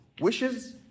wishes